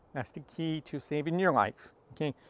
that's the key to saving your life. okay.